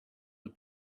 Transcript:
the